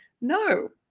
No